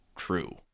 true